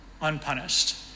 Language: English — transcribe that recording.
unpunished